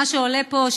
ממה שעולה פה,